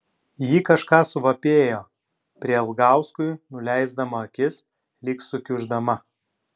ji kažką suvapėjo prielgauskui nuleisdama akis lyg sukiuždama